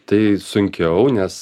tai sunkiau nes